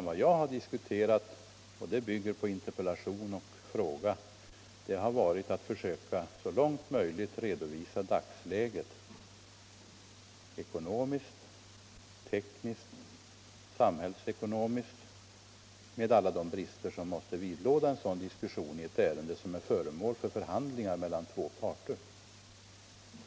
Vad jag har diskuterat — och det bygger på interpellationen och frågan — har varit att så långt möjligt försöka att ekonomiskt, tekniskt och samhällsekonomiskt redovisa dagsläget, med alla de brister som måste vidlåda en sådan diskussion i ett ärende som är föremål för förhandlingar mellan två parter.